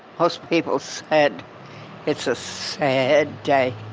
most people said it's a sad day.